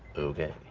okay.